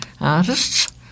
artists